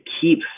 keep